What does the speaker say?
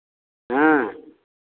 हाँ